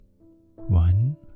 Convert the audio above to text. one